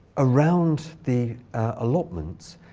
around the allotments.